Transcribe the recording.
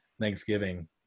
thanksgiving